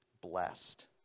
blessed